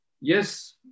yes